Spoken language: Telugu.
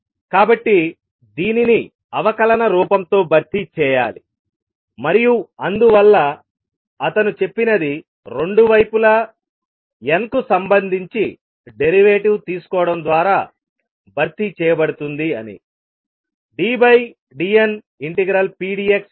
కాబట్టి దీనిని అవకలన రూపంతో భర్తీ చేయాలి మరియు అందువల్ల అతను చెప్పినది రెండు వైపులా n కు సంబంధించి డెరివేటివ్ తీసుకోవడం ద్వారా భర్తీ చేయబడుతుంది అని